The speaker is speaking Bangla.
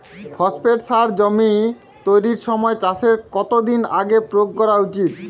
ফসফেট সার জমি তৈরির সময় চাষের কত দিন আগে প্রয়োগ করা উচিৎ?